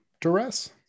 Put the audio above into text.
duress